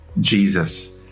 Jesus